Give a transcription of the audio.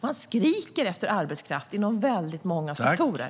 Man skriker efter arbetskraft inom väldigt många sektorer.